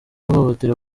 guhohotera